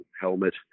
helmet